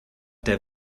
der